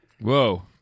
Whoa